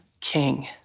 king